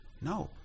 No